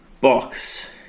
box